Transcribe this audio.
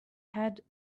had